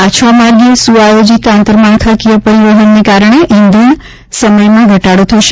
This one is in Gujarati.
આ છ માર્ગીય સુઆયોજિત આંતરમાળખાકીય પરિવહનને કારણે ઇંધણ સમયમાં ઘટાડો થશે